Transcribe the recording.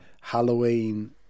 Halloween